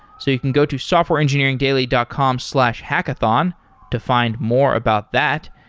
so you can go to softwareengineeringdaily dot com slash hackathon to find more about that.